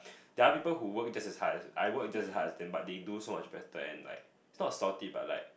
they're people who work just as hard as I work just as hard as them but they do so much better and like it's not salty but like